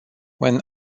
when